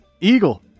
Eagle